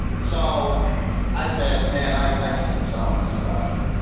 so i said man, i i can't be selling and this stuff.